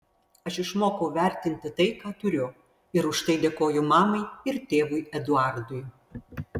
aš išmokau vertinti tai ką turiu ir už tai dėkoju mamai ir tėvui eduardui